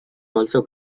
also